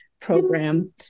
program